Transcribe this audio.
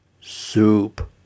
Soup